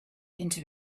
into